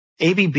ABB